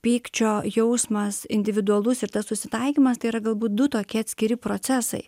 pykčio jausmas individualus ir tas susitaikymas tai yra galbūt du tokie atskiri procesai